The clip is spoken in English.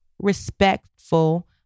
respectful